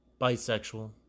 bisexual